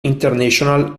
international